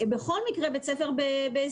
בכל מקרה בית הספר בהסגר.